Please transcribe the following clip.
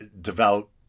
devout